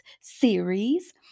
series